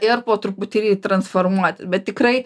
ir po truputį transformuoti bet tikrai